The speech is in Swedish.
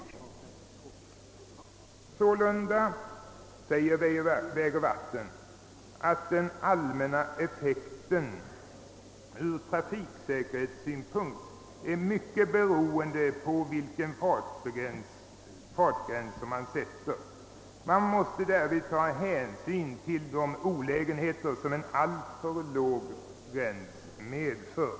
Vägoch vattenbyggnadsstyrelsen säger sålunda, att den allmänna effekten ur trafiksäkerhetssynpunkt är mycket beroende av vilken fartgräns man sätter. Man måste därvid ta hänsyn till de olägenheter som en alltför låg gräns medför.